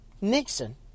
Nixon